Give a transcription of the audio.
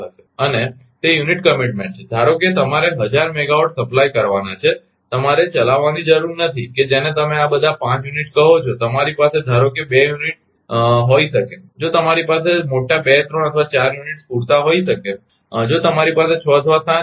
અને તે unit commitment છે ધારો કે તમારે હજાર મેગાવાટ સપ્લાય કરવાના છે તમારે ચલાવવાની જરૂર નથી કે જેને તમે બધા 5 યુનિટ કહો છો તમારી પાસે ધારો કે 2 હોઈ શકે જો તમારી પાસે મોટા 2 3 અથવા 4 યુનિટ્સ પૂરતા હોઈ શકે જો તમારી પાસે 6 અથવા 7 છે